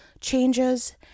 changes